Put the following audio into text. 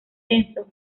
denso